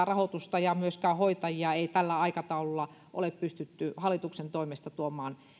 rahoitusta ja myöskään hoitajia ei tällä aikataululla ole pystytty hallituksen toimesta tuomaan